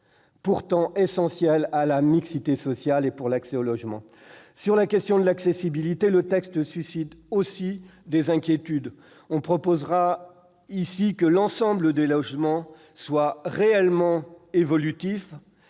pourtant essentielle à la mixité sociale et pour l'accès au logement. Sur la question de l'accessibilité, le texte suscite aussi des inquiétudes. Nous proposerons de rendre l'ensemble des logements réellement évolutifs,